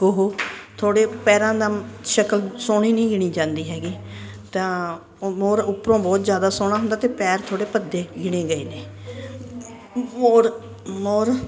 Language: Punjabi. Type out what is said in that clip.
ਉਹ ਤੁਹਾਡੇ ਪੈਰਾਂ ਦਾ ਸ਼ਕਲ ਸੋਹਣੀ ਨਹੀਂ ਗਿਣੀ ਜਾਂਦੀ ਹੈਗੀ ਤਾਂ ਮੋਰ ਉੱਪਰੋਂ ਬਹੁਤ ਜਿਆਦਾ ਸੋਹਣਾ ਹੁੰਦਾ ਤੇ ਪੈਰ ਥੋੜੇ ਭੱਦੇ ਗਿਣੇ ਗਏ ਨੇ ਮੋਰ ਮੋਰ